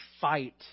fight